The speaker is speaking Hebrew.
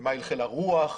מה הלכי הרוח,